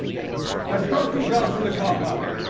there's broken glass in the car park.